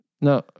No